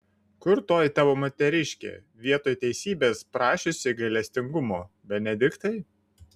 kur toji tavo moteriškė vietoj teisybės prašiusi gailestingumo benediktai